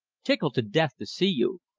tickled to death to see you!